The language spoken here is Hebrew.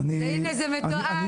והנה זה מתועד.